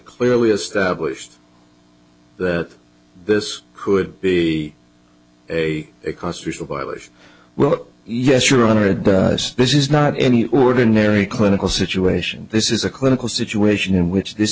clearly established that this could be a constitutional violation well yes your honor this is not any ordinary clinical situation this is a clinical situation in which this